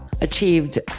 achieved